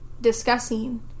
discussing